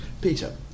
Peter